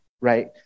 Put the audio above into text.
right